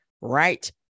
right